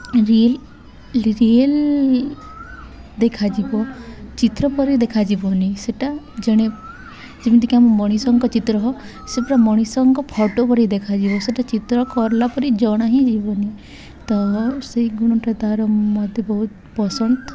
real real ଦେଖାଯିବ ଚିତ୍ର ପରି ଦେଖାଯିବନି ସେଟା ଜଣେ ଯେମିତିକି ଆମ ମଣିଷଙ୍କ ଚିତ୍ର ହେଉ ସେ ପୁରା ମଣିଷଙ୍କ ଫଟୋ ଭଳି ଦେଖାଯିବ ସେଇଟା ଚିତ୍ର କଲା ପରି ଜଣା ହିଁ ଯିବନି ତ ସେହି ଗୁଣଟା ତା'ର ମୋତେ ବହୁତ ପସନ୍ଦ